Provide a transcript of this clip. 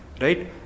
right